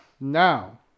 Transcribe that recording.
Now